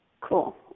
Cool